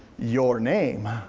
your name.